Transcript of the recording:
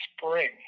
spring